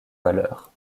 valeur